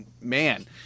man